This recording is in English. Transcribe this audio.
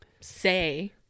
say